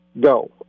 go